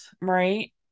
right